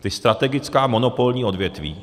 Ta strategická monopolní odvětví.